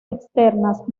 externas